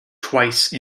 twice